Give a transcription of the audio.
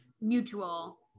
mutual